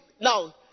now